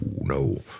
no